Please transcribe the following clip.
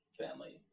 family